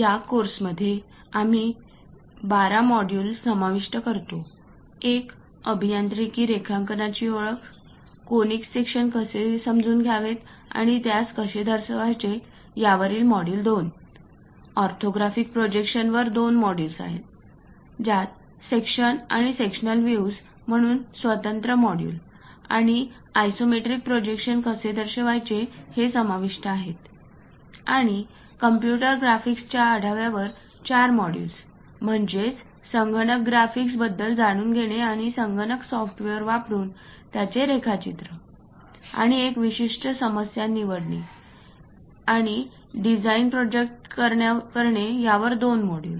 या कोर्समध्ये आम्ही 12 मॉड्यूल समाविष्ट करतो 1 अभियांत्रिकी रेखांकनांची ओळख कॉनिक सेक्शन कसे समजून घ्यावेत आणि त्यास कसे दर्शवायचे यावरील मॉड्यूल 2 ऑर्थोग्राफिक प्रोजेक्शनवर 2 मॉड्यूल्स आहेत ज्यात सेक्शन आणि सेक्शनल व्हिव्ज म्हणून स्वतंत्र मॉड्यूल आणि आइसोमेट्रिक प्रोजेक्शन कसे दर्शवायचे हे समाविष्ट आहेत आणि कॉम्पुटर ग्राफिक्सच्या आढाव्यावर 4 मॉड्यूल्स म्हणजेच संगणक ग्राफिक्सबद्दल जाणून घेणे आणि संगणक सॉफ्टवेअर वापरुन त्यांचे रेखाचित्र आणि एक विशिष्ट समस्या निवडणे आणि डिझाइन प्रोजेक्ट करणे यावर 2 मॉड्यूल